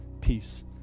peace